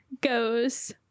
goes